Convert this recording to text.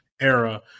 era